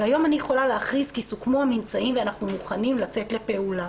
והיום אני יכולה להכריז כי סוכמו הממצאים ואנחנו מוכנים לצאת לפעולה.